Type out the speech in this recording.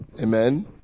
amen